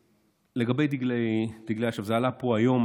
לגבי דגלי אש"ף, זה עלה פה היום.